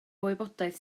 wybodaeth